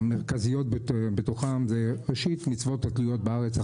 המרכזיות בתוכן, ראשית, מצוות התלויות בארץ.